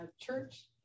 church